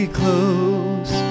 close